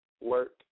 work